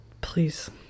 Please